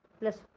plus